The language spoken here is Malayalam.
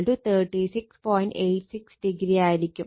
86o ആയിരിക്കും